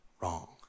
wrong